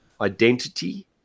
identity